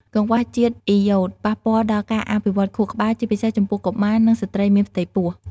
កង្វះជាតិអ៊ីយ៉ូត ប៉ះពាល់ដល់ការអភិវឌ្ឍខួរក្បាល ជាពិសេសចំពោះកុមារ និងស្ត្រីមានផ្ទៃពោះ។